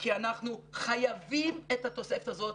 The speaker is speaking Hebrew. כי אנחנו חייבים את התוספת הזאת.